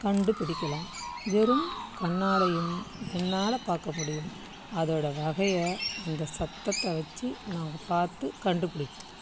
கண்டுபிடிக்கலாம் வெறும் கண்ணாலேயும் என்னால் பார்க்க முடியும் அதோடய வகையை அந்த சத்தத்தை வச்சு நான் பார்த்து கண்டுபிடிப்பேன்